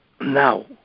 now